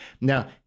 Now